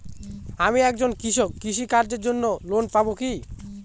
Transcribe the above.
আমি একজন কৃষক কৃষি কার্যের জন্য ঋণ পাব কি?